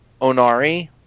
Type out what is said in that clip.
Onari